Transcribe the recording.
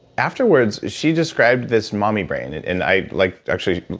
afterwards, she described this mommy brain. and and i. like actually,